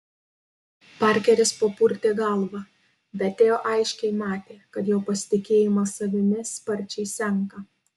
parkeris papurtė galvą bet teo aiškiai matė kad jo pasitikėjimas savimi sparčiai senka